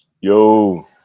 yo